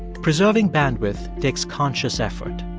preserving bandwidth takes conscious effort.